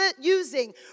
using